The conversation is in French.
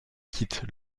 quittent